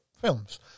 films